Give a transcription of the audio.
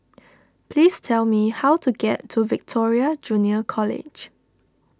please tell me how to get to Victoria Junior College